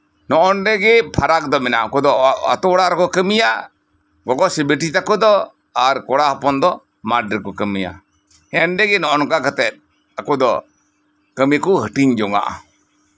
ᱱᱚ ᱱᱚᱰᱮ ᱜᱮ ᱯᱷᱟᱨᱟᱠ ᱫᱚ ᱢᱮᱱᱟᱜᱼᱟ ᱩᱱᱠᱩ ᱫᱚ ᱟᱹᱛᱩ ᱚᱲᱟᱜ ᱨᱮᱠᱚ ᱠᱟᱹᱢᱤᱭᱟ ᱜᱚᱜᱚ ᱥᱮ ᱵᱤᱴᱤ ᱛᱟᱠᱚ ᱫᱚ ᱟᱨ ᱠᱚᱲᱟ ᱦᱚᱯᱚᱱ ᱫᱚ ᱢᱟᱴᱷ ᱨᱮᱠᱚ ᱠᱟᱹᱢᱤᱭᱟ ᱮᱱᱰᱮ ᱜᱮ ᱱᱚᱜ ᱚ ᱱᱚᱝᱠᱟ ᱠᱟᱛᱮᱜ ᱟᱠᱚ ᱫᱚ ᱠᱟᱹᱢᱤ ᱠᱚ ᱦᱟᱹᱴᱤᱧ ᱡᱚᱱᱟᱜᱼᱟ